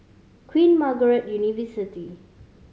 Queen Margaret University